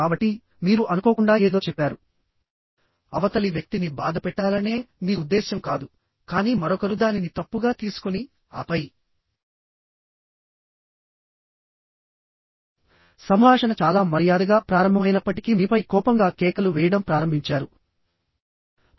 కాబట్టి మీరు అనుకోకుండా ఏదో చెప్పారు అవతలి వ్యక్తిని బాధపెట్టాలనే మీ ఉద్దేశ్యం కాదు కానీ మరొకరు దానిని తప్పుగా తీసుకొని ఆపై సంభాషణ చాలా మర్యాదగా ప్రారంభమైనప్పటికీ మీపై కోపంగా కేకలు వేయడం ప్రారంభించారు